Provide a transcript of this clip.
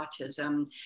autism